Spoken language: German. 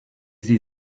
sie